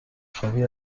خوابی